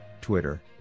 Twitter